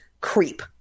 creep